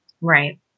Right